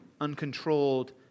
uncontrolled